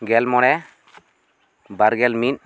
ᱜᱮᱞ ᱢᱚᱬᱮ ᱵᱟᱨ ᱜᱮᱞ ᱢᱤᱫ